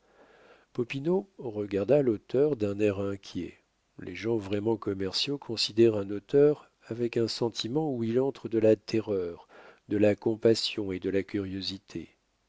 popinot regarda l'auteur d'un air inquiet les gens vraiment commerciaux considèrent un auteur avec un sentiment où il entre de la terreur de la compassion et de la curiosité